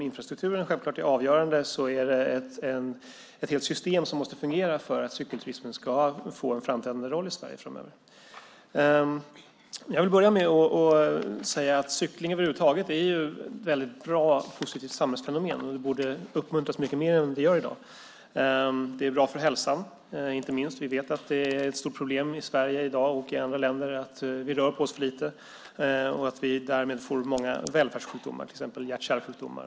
Infrastrukturen är självklart avgörande, men det behövs ett fungerande helt system för att cykelturismen framöver ska få en framträdande roll i Sverige. Cykling över huvud taget är ett väldigt bra och positivt samhällsfenomen som borde uppmuntras mycket mer än som i dag sker. Cykling är bra inte minst för hälsan. Vi vet ju att det är ett stort problem i både Sverige och andra länder att vi människor rör på oss för lite. Därmed får vi många välfärdssjukdomar, till exempel hjärt-kärlsjukdomar.